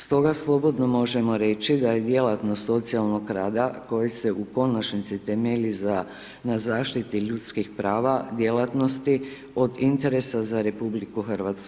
Stoga slobodno možemo reći da je djelatnost socijalnog rada koji se u konačnici temelji na zaštiti ljudskih prava djelatnosti od interesa za RH.